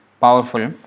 powerful